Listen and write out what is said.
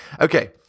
Okay